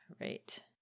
right